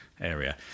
area